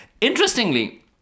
Interestingly